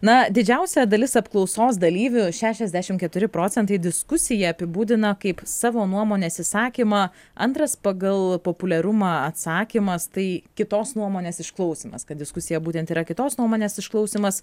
na didžiausia dalis apklausos dalyvių šešiasdešim keturi procentai diskusiją apibūdina kaip savo nuomonės išsakymą antras pagal populiarumą atsakymas tai kitos nuomonės išklausymas kad diskusija būtent yra kitos nuomonės išklausymas